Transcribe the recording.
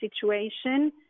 situation